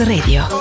Radio